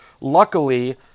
luckily